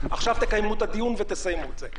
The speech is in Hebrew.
עכשיו תקיימו את הדיון ותסיימו את זה.